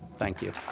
thank you.